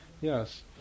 Yes